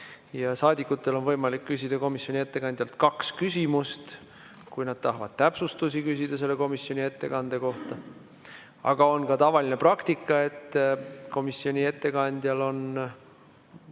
Saadikutel on võimalik küsida komisjoni ettekandjalt kaks küsimust, kui nad tahavad täpsustusi küsida selle komisjoni ettekande kohta. Aga on ka tavaline praktika, et komisjoni ettekandjal on